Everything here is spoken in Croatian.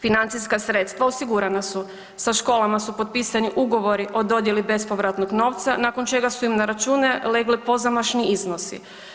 Financijska sredstva osigurana su, sa školama su potpisani ugovori o dodjeli bespovratnog novca nakon čega su im na račune legli pozamašni iznosi.